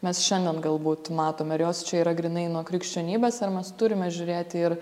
mes šiandien galbūt matome ar jos čia yra grynai nuo krikščionybės ar mes turime žiūrėti ir